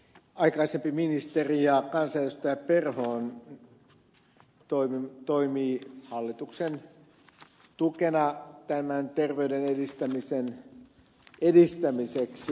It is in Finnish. aikaisempi ministeri ja kansanedustaja perho toimii hallituksen tukena terveyden edistämiseksi